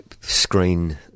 screen